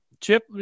Chip